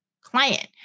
client